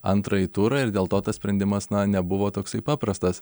antrąjį turą ir dėl to tas sprendimas na nebuvo toksai paprastas